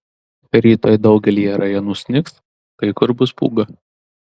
rytoj daugelyje rajonų snigs kai kur bus pūga